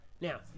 Now